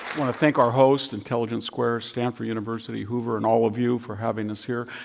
want to thank our host, intelligence squared, stanford university, hoover, and all of you for having us here.